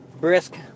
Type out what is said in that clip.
brisk